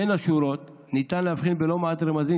בין השורות ניתן להבחין בלא מעט רמזים